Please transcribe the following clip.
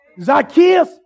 Zacchaeus